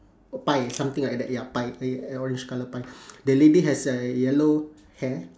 pie something like that ya pie eh a orange colour pie the lady has a yellow hair